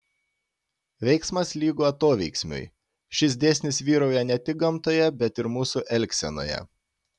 veiksmas lygu atoveiksmiui šis dėsnis vyrauja ne tik gamtoje bet ir mūsų elgsenoje